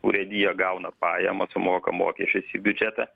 urėdija gauna pajamas sumoka mokesčius į biudžetą